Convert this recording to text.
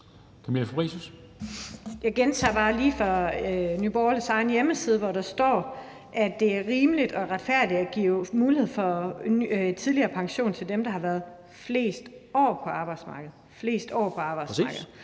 Jeg gentager bare lige fra Nye Borgerliges egen hjemmeside, hvor der står, at det er rimeligt og retfærdigt at give mulighed for tidligere pension til dem, der har været flest år på arbejdsmarkedet